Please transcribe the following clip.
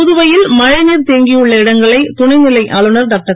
புதுவையில் மழைநீர் தேங்கியுள்ள இடங்களை துணைநிலை ஆளுநர் டாக்டர்